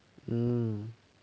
hmm